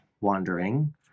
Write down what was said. wandering